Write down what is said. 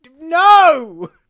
No